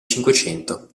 cinquecento